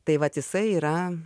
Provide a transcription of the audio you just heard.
tai vat jisai yra